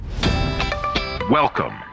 Welcome